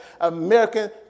American